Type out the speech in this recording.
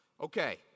Okay